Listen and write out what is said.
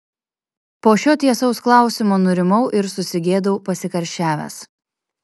po šio tiesaus klausimo nurimau ir susigėdau pasikarščiavęs